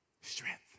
Strength